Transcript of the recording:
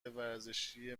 ورزشی